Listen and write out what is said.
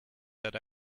that